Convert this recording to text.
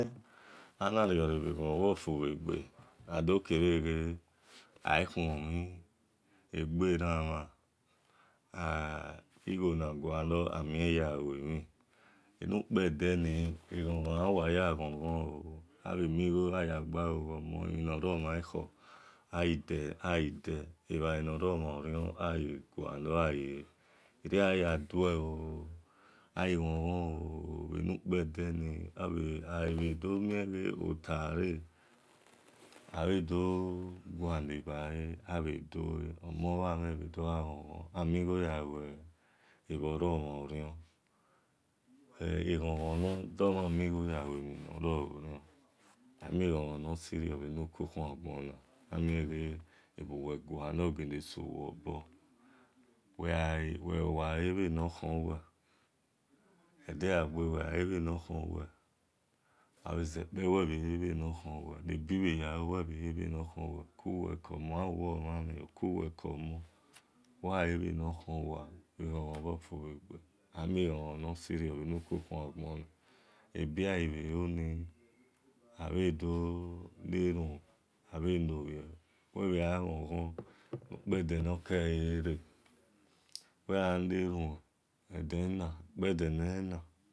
Ana-rio-re bhe-eghon-ghon bhi ofubhe-egbe, aikhuomhin egbe ran omhan igho na gualor aya lue mhin ena-kpe de ni eghon-eghon oakhai a ya, ghon-ghon oo ami-igho ye gbalo gho-omon emhin no ri-omha-ekho aghi dee ebhale no ri akhian ya lue ooooo enukpedeni, agha bhe domien gbe egho tane abhe do guale bhale omon bha, amhen bhe doghe ghon ghon nor do mhan mi-igho yalue mhin no-ro orion edegha gbe uwe le bhe enokhon uwe ede gha-gbe uwe gha le bhenokho we ogha bhe zekpe uwi bhe le bheno khon uwe nebi bhe halo kuwe kho-omon ogha yi uwe omhen amhen bhi eghon-ghon-bhi ofu-bhe-egbe ami-eghon-ghon no si-irio bhe nuku khuan-agbona abi-gha ghi bhe lo, abhe dooo le arumhun abhedoo lobhie, uwe bhe gha ghon-ghon nukpede nokele re uwi gha lerun, ukpede nee na.